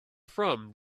from